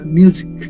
music